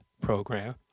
program